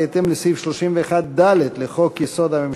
בהתאם לסעיף 31(ד) לחוק-יסוד: הממשלה,